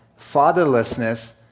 fatherlessness